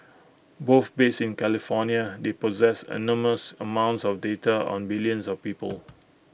both based in California they possess enormous amounts of data on billions of people